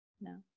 No